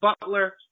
Butler